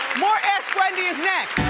more ask wendy is next.